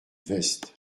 veste